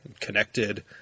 connected